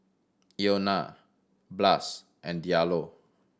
Ilona Blas and Diallo